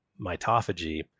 mitophagy